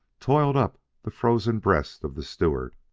toiled up the frozen breast of the stewart,